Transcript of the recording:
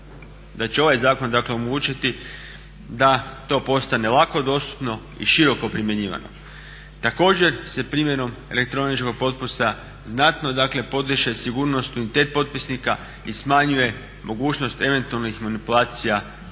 da će ovaj zakon dakle omogućiti da to postane lako dostupno i široko primjenjivano. Također se primjenom elektroničkog potpisa znatno dakle podiže sigurnost …/Govornik se ne razumije./… potpisnika i smanjuje mogućnost eventualnih manipulacija i prevara.